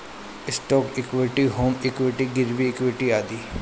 stock equity, home equity, गिरवी equity आदि